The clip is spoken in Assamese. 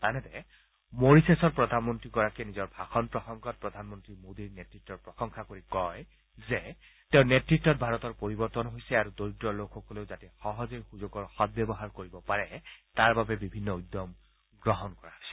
আনহাতে মৰিছাছৰ প্ৰধানমন্ৰীগৰাকীয়ে নিজৰ ভাষণ প্ৰসংগত প্ৰধানমন্ৰী মোদীৰ নেতৃত্বৰ প্ৰশংসা কৰি কয় যে তেওঁৰ নেতৃত্ত ভাৰতৰ পৰিৱৰ্তন হৈছে আৰু দৰিদ্ৰ লোকসকলেও যাতে সহজেই সুযোগৰ সদ্ব্যৱহাৰ কৰিব পাৰে তাৰ বাবে বিভিন্ন উদ্যম গ্ৰহণ কৰা হৈছে